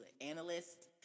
analyst